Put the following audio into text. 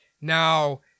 Now